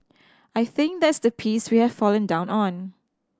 I think that's the piece we have fallen down on